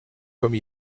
comme